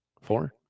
Four